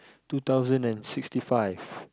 two thousand and sixty five